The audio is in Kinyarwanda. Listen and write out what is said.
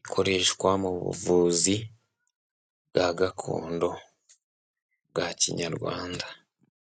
ikoreshwa mu buvuzi bwa gakondo bwa kinyarwanda.